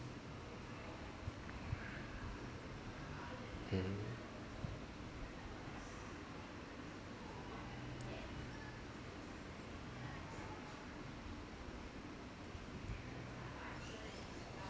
mm